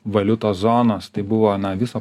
valiutos zonos tai buvo na viso